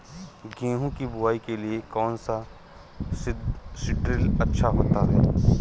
गेहूँ की बुवाई के लिए कौन सा सीद्रिल अच्छा होता है?